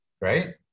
Right